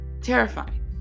Terrifying